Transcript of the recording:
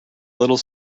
little